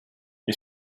wir